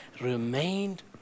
remained